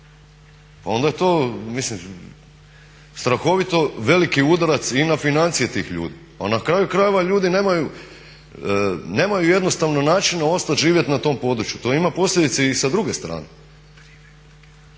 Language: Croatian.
pa onda je to mislim strahovito veliki udarac i na financije tih ljudi. A na kraju krajeva ljudi nemaju jednostavno načina ostati živjeti na tom području. To ima posljedice i sa druge strane.